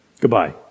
Goodbye